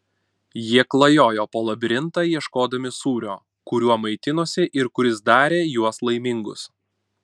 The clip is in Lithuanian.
jie klajojo po labirintą ieškodami sūrio kuriuo maitinosi ir kuris darė juos laimingus